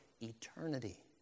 eternity